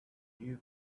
you